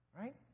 right